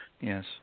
Yes